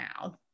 now